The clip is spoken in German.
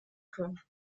können